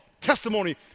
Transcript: testimony